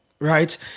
Right